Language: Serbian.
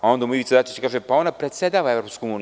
Onda mu Ivica Dačić kaže – pa ona predsedava EU.